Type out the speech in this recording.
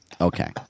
Okay